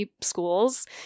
schools